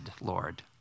Lord